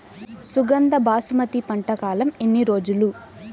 సుగంధ బాసుమతి పంట కాలం ఎన్ని రోజులు?